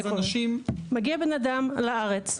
מגיע אדם לארץ.